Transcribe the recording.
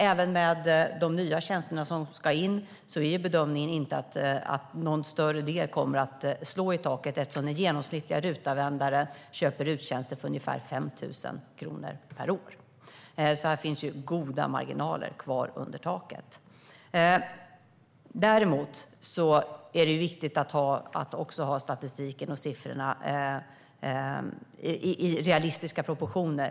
Även med de nya tjänsterna som ska in är bedömningen inte att någon större del kommer att slå i taket eftersom den genomsnittliga RUT-användaren köper RUT-tjänster för ungefär 5 000 kronor per år. Det finns alltså goda marginaler kvar under taket. Däremot är det viktigt att statistiken och siffrorna har realistiska proportioner.